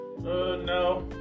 no